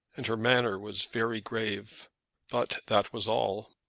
and her manner was very grave but that was all.